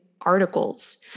articles